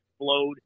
explode